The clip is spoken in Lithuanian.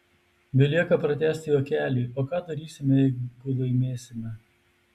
belieka pratęsti juokelį o ką darysime jeigu laimėsime